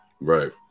Right